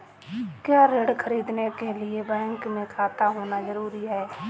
क्या ऋण ख़रीदने के लिए बैंक में खाता होना जरूरी है?